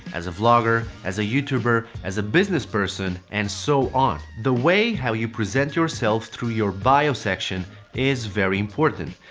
as a vlogger as a vlogger, youtuber, as a business person and so on. the way how you present yourself through your bio section is very important.